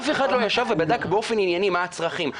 אף אחד לא ישב ובדק באופן ענייני מה הצרכים.